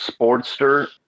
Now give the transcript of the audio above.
Sportster